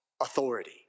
authority